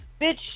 bitch